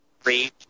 three